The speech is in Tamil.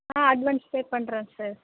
ஆ அட்வான்ஸ் பே பண்ணுறேன் சார்